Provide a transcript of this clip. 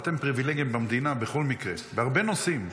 אתם בכל מקרה פריבילגים במדינה בהרבה נושאים,